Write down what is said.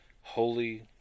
Holy